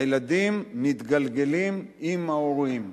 הילדים מתגלגלים עם ההורים.